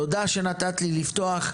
תודה שנתת לי לפתוח,